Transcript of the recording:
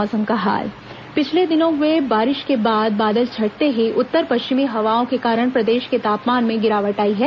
मौसम पिछले दिनों हुई बारिश के बाद बादल छंटते ही उत्तर पश्चिमी हवाओं के कारण प्रदेश के तापमान में गिरावट आई है